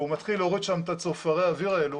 והוא מתחיל לראות שם את צופרי האוויר האלה